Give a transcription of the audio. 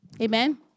Amen